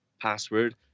password